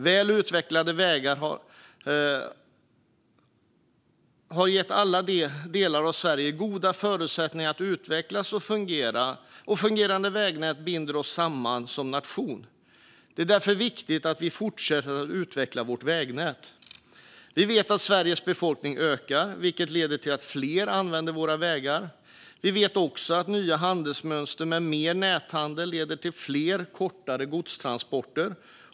Väl utvecklade vägar har gett alla delar av Sverige goda förutsättningar att utvecklas, och ett fungerande vägnät binder oss samman som nation. Det är därför viktigt att vi fortsätter att utveckla vårt vägnät. Vi vet att Sveriges befolkning ökar, vilket leder till att fler använder våra vägar. Vi vet också att nya handelsmönster med mer näthandel leder till fler kortare godstransporter.